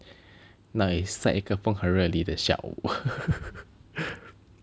那一晒一个风和日丽的下午